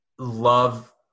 love